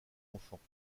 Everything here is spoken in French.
enfants